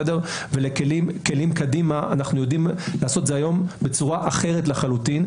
ובכלים קדימה אנחנו יודעים לעשות את זה היום בצורה אחרת לחלוטין.